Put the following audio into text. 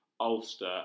Ulster